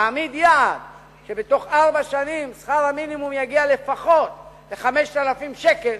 תעמיד יעד שבתוך ארבע שנים שכר המינימום יגיע לפחות ל-5,000 שקל,